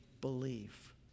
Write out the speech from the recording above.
believe